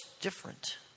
different